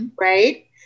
Right